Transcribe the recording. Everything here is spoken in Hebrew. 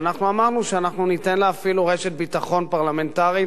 ואנחנו אמרנו שאנחנו ניתן לה אפילו רשת ביטחון פרלמנטרית